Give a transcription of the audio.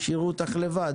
השאירו אותך לבד.